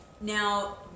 now